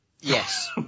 Yes